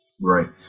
right